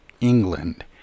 England